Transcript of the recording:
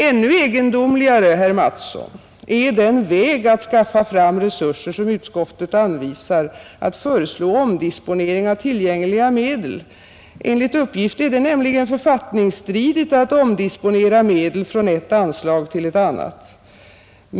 Ännu egendomligare, herr Mattsson, är den väg att skaffa fram resurser som utskottet anvisar. Man föreslår omdisponering av tillgängliga medel. Enligt uppgift är det nämligen författningsstridigt att omdisponera medel från ett anslag till ett annat.